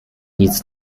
nic